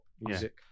music